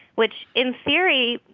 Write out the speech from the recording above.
which in theory,